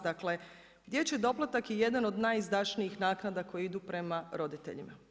Dakle, dječji doplatak je jedan od najizdašnijih naknada koje idu prema roditeljima.